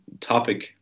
topic